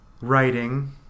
Writing